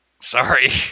Sorry